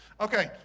Okay